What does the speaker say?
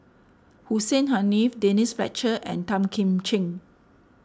Hussein Haniff Denise Fletcher and Tan Kim Ching